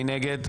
מי נגד?